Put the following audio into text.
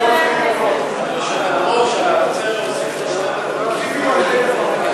אני מציע להוסיף לו זמן,